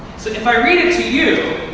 so if i read it to you,